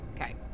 Okay